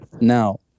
now